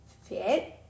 fit